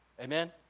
Amen